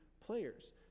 players